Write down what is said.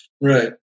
Right